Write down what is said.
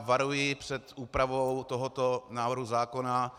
Varuji před úpravou tohoto návrhu zákona.